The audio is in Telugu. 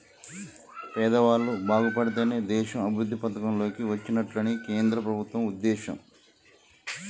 పేదవాళ్ళు బాగుపడితేనే దేశం అభివృద్ధి పథం లోకి వచ్చినట్లని కేంద్ర ప్రభుత్వం ఉద్దేశం